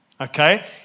okay